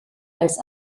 als